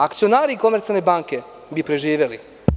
Akcionari Komercijalne banke bi preživeli.